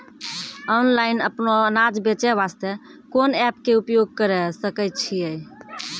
Online अपनो अनाज बेचे वास्ते कोंन एप्प के उपयोग करें सकय छियै?